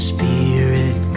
Spirit